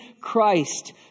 Christ